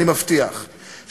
אני מבטיח,